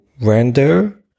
render